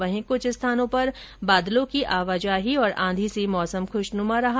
वहीं कुछ स्थानों पर बादलों की आवाजाही और आंधी से मौसम खुशनुमा रहा